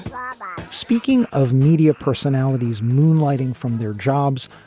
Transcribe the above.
um ah speaking of media personalities moonlighting from their jobs,